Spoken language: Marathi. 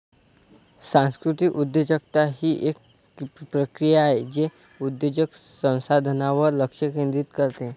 सांस्कृतिक उद्योजकता ही एक प्रक्रिया आहे जे उद्योजक संसाधनांवर लक्ष केंद्रित करते